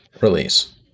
release